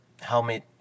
helmet